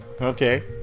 Okay